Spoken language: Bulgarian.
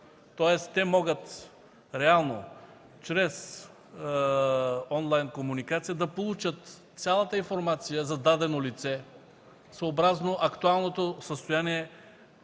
Тоест те могат реално чрез онлайн комуникация да получат цялата информация за дадено лице съобразно актуалното състояние,